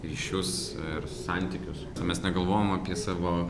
ryšius ir santykius mes negalvojam apie savo